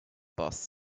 boss